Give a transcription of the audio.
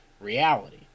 reality